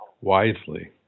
wisely